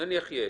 נניח יש.